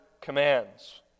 commands